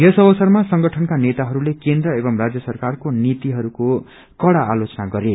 यस अवसरमा संगठनका नेताहरूले केन्द्र एवं राजय सरकारको नीतिहरूको कड़ा आलोचना गरे